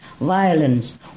violence